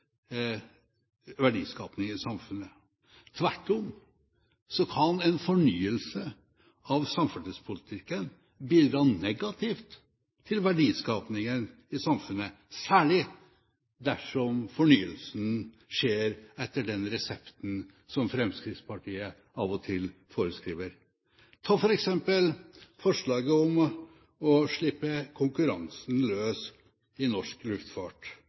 verdiskaping i samfunnet. Tvert om kan en fornyelse av samferdselspolitikken bidra negativt til verdiskapingen i samfunnet, særlig dersom fornyelsen skjer etter den resepten som Fremskrittspartiet av og til foreskriver. Ta f.eks. forslaget om å slippe konkurransen løs i norsk luftfart.